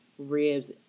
ribs